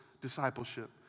discipleship